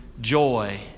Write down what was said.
Joy